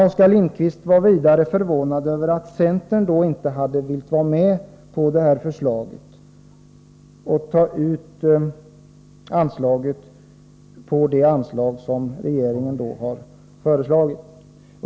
Oskar Lindkvist var vidare förvånad över att centern inte ville vara med på detta förslag och ta pengarna från det anslag som regeringen har föreslagit.